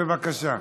בבקשה.